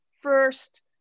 first